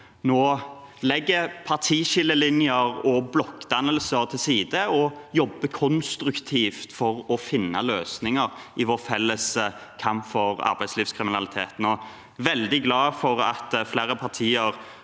nå legger partiskillelinjer og blokkdannelser til side og jobber konstruktivt for å finne løsninger i vår felles kamp mot arbeidslivskriminalitet. Jeg er veldig glad for at flere partier